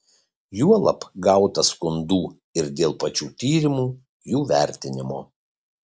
juolab gauta skundų ir dėl pačių tyrimų jų vertinimo